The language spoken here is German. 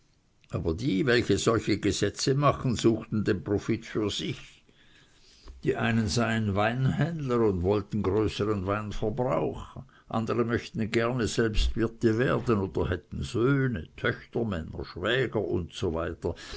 aber die welche solche gesetze machen suchten den profit für sich die einen seien weinhändler und wollten größern weinverbrauch andere möchten gerne selbst wirte werden oder hätten söhne tochtermänner schwäger usw